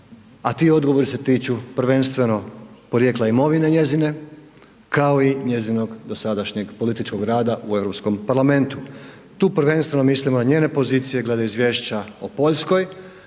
a ti odgovori se tiču prvenstveno porijekla imovine njezine, kao i njezinog dosadašnjeg političkog rada u Europskom parlamentu. Tu prvenstveno mislimo na njene pozicije glede izvješća o Poljskoj